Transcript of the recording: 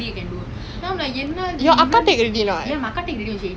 short is easier to carry around but long can put in more stuff so long lah